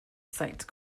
site